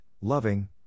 loving